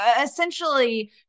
essentially